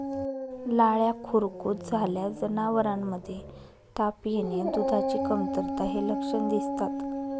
लाळ्या खुरकूत झाल्यास जनावरांमध्ये ताप येणे, दुधाची कमतरता हे लक्षण दिसतात